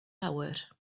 awr